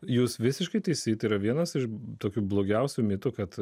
jūs visiškai taisyti yra vienas iš tokių blogiausių mitų kad